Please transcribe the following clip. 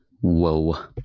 whoa